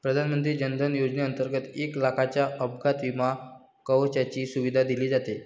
प्रधानमंत्री जन धन योजनेंतर्गत एक लाखाच्या अपघात विमा कवचाची सुविधा दिली जाते